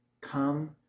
Come